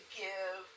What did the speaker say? give